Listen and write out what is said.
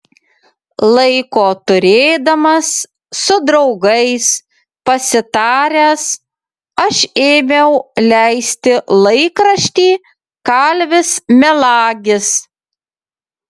laiko turėdamas su draugais pasitaręs aš ėmiau leisti laikraštį kalvis melagis